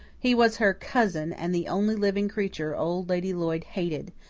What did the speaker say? he was her cousin and the only living creature old lady lloyd hated,